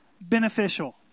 beneficial